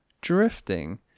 Drifting